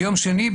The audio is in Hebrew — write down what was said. ביום שני,